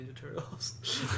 Turtles